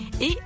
et